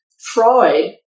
Freud